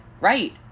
Right